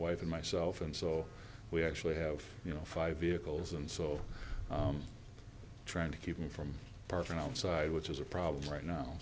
wife and myself and so we actually have you know five vehicles and so trying to keep them from apartment outside which is a problem right now